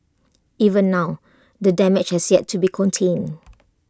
even now the damage has yet to be contained